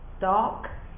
dark